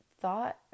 thought